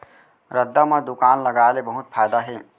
रद्दा म दुकान लगाय ले बहुत फायदा हे